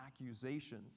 accusation